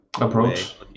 approach